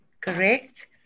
Correct